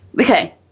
Okay